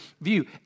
view